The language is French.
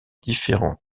différents